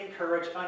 encourage